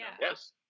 Yes